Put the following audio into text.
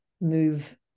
move